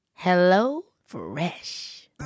HelloFresh